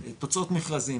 התפרסות מכרזים,